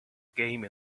game